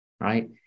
right